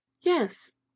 Yes